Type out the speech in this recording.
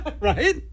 Right